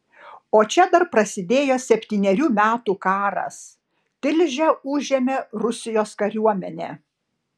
o čia dar prasidėjo septynerių metų karas tilžę užėmė rusijos kariuomenė